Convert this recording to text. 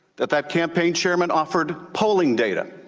that that campaign chairman offered polling data,